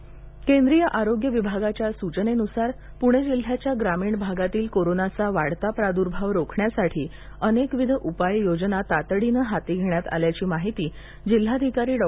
corona उपाययोजना केंद्रीय आरोग्य विभागाच्या सूचनेनुसार पुणे जिल्ह्याच्या ग्रामीण भागातील कोरोनाचा वाढता प्रादुर्भाव रोखण्यासाठी अनेकविध उपाय योजना तातडीनं हाती घेण्यात आल्याची माहिती जिल्हाधिकारी डॉ